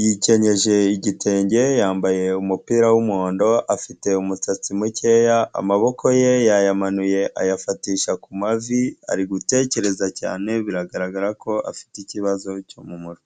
yikenyeje igitenge, yambaye umupira w'umuhondo, afite umusatsi mukeya, amaboko ye yayamanuye ayafatisha ku mavi, ari gutekereza cyane, biragaragara ko afite ikibazo cyo mu mutwe.